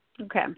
Okay